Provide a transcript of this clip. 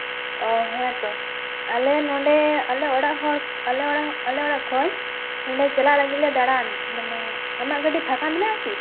ᱚᱸᱻ ᱦᱮᱸᱛᱚ ᱟᱞᱮ ᱱᱚᱸᱰᱮ ᱟᱞᱮ ᱚᱲᱟᱜ ᱦᱚᱲ ᱟᱞᱮ ᱚᱲᱟᱜ ᱠᱷᱚᱡ ᱱᱚᱸᱰᱮ ᱪᱟᱞᱟᱜ ᱞᱟᱹᱜᱤᱫ ᱞᱮ ᱫᱟᱬᱟᱱ ᱢᱟᱱᱮ ᱟᱢᱟᱜ ᱜᱟᱹᱰᱤ ᱯᱷᱟᱸᱠᱟ ᱢᱮᱱᱟᱜᱼᱟ ᱠᱤ